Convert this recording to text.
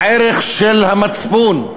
הערך של המצפון,